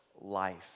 life